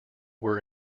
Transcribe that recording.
were